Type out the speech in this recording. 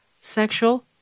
sexual